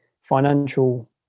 financial